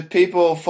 people